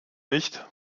nicht